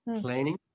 planning